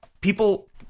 people